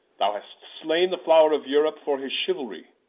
thou hast slaine the flowre of europe, for his cheualrie,